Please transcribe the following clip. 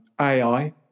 AI